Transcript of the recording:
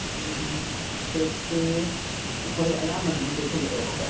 ꯍꯧꯖꯤꯛꯁꯤ ꯑꯩꯈꯣꯏ ꯑꯌꯥꯝꯕꯅꯗꯤ ꯂꯣꯏꯁꯜꯂꯛꯑꯦꯕꯀꯣ